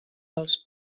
els